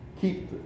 keep